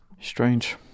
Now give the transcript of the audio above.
Strange